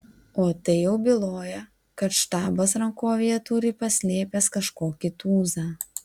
o tai jau byloja kad štabas rankovėje turi paslėpęs kažkokį tūzą